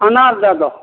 अनार दे दहो